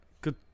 Good